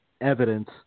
evidence